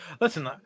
Listen